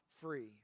free